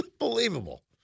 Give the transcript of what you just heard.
unbelievable